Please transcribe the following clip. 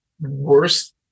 worst